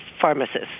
pharmacists